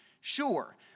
Sure